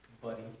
buddy